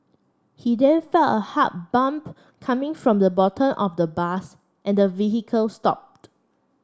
he then felt a hard bump coming from the bottom of the bus and the vehicle stopped